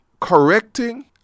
correcting